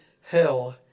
hell